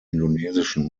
indonesischen